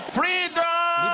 freedom